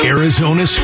Arizona